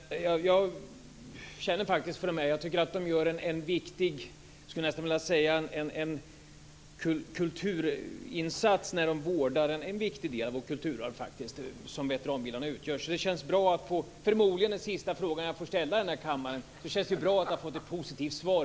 Fru talman! Då tackar jag ministern. Jag känner faktiskt för de här människorna, som jag tycker, skulle jag nästan vilja säga, gör en viktig kulturinsats i och med att de faktiskt vårdar en viktig del av vårt kulturarv, som ju veteranbilarna utgör. Det känns därför bra att på förmodligen den sista frågan som jag får ställa här i kammaren få ett positivt svar.